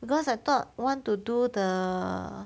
because I thought want to do the